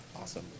Awesome